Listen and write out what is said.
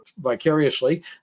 vicariously